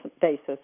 basis